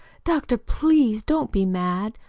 doctor, please, don't be mad!